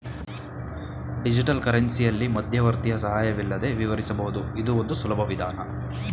digital ಕರೆನ್ಸಿಯಲ್ಲಿ ಮಧ್ಯವರ್ತಿಯ ಸಹಾಯವಿಲ್ಲದೆ ವಿವರಿಸಬಹುದು ಇದು ಒಂದು ಸುಲಭ ವಿಧಾನ